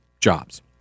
jobs